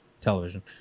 television